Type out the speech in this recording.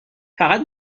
فقط